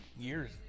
years